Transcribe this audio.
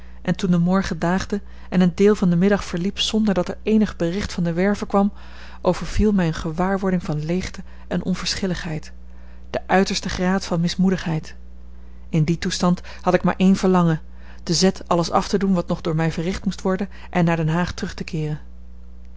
en toen de morgen daagde en een deel van den middag verliep zonder dat er eenig bericht van de werve kwam overviel mij eene gewaarwording van leegte en onverschilligheid de uiterste graad van mismoedigheid in dien toestand had ik maar één verlangen te z alles af te doen wat nog door mij verricht moest worden en naar den haag terug te keeren